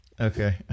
Okay